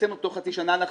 אנחנו איתכם,